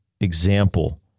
example